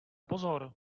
pozor